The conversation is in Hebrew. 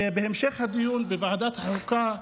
ובהמשך הדיון בוועדת החוקה,